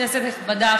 כנסת נכבדה,